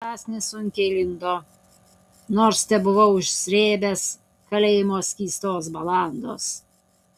kąsnis sunkiai lindo nors tebuvau užsrėbęs kalėjimo skystos balandos